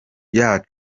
izaba